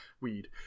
weed